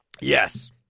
yes